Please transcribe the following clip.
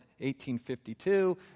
1852